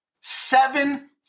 Seven